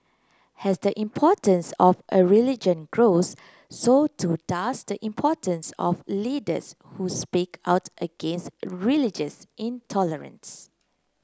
as the importance of a religion grows so too does the importance of leaders who speak out against religious intolerance